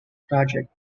project